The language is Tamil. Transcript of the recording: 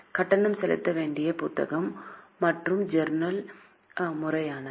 கட்டணம் செலுத்த வேண்டிய புத்தகம் மற்றும் ஒரு ஜர்னல் முறையானது